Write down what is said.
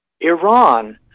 Iran